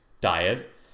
diet